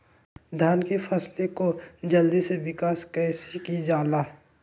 धान की फसलें को जल्दी से विकास कैसी कि जाला?